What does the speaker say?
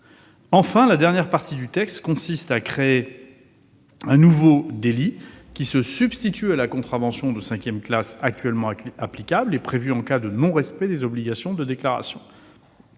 Enfin, la dernière partie de ce texte crée un nouveau délit qui se substitue à la contravention de cinquième classe actuellement prévue en cas de non-respect des obligations de déclaration.